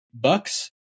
Bucks